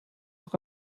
auch